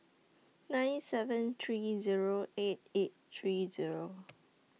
nine seven three Zero eight eight three Zero